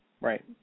Right